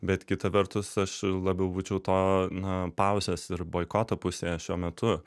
bet kita vertus aš labiau būčiau to na pauzės ir boikoto pusėje šiuo metu